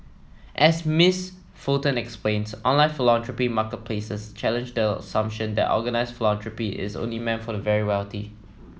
as Miss Fulton explains online philanthropy marketplaces challenge the assumption that organised philanthropy is only meant for the very wealthy